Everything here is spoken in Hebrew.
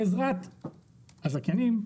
בעזרת הזכיינים,